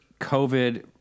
COVID